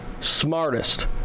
smartest